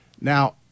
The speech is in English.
Now